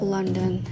London